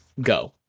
go